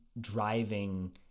driving